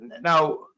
Now